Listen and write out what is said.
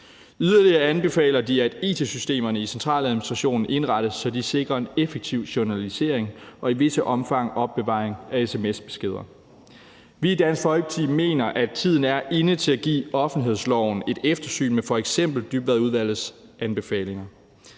Yderligere anbefaler de, at it-systemerne i centraladministrationen indrettes, så de sikrer en effektiv journalisering og i et vist omfang opbevaring af sms-beskeder. Vi i Dansk Folkeparti mener, at tiden er inde til at give offentlighedsloven et eftersyn med f.eks. Dybvadudvalgets anbefalinger.